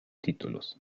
títulos